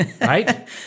Right